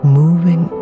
moving